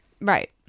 right